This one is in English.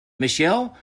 michelle